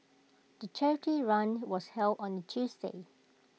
the charity run was held on A Tuesday